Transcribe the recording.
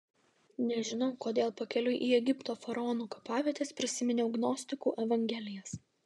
nežinau kodėl pakeliui į egipto faraonų kapavietes prisiminiau gnostikų evangelijas